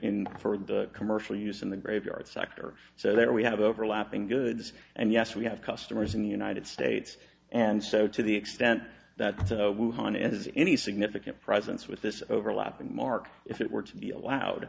in for commercial use in the graveyard sector so there we have overlapping goods and yes we have customers in the united states and so to the extent that we've gone and of any significant presence with this overlapping mark if it were to be allowed